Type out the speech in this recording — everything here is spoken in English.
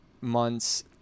months